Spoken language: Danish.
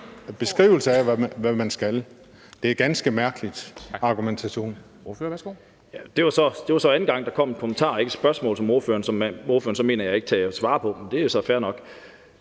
beskrivelse af, hvad man skal. Det er en ganske mærkelig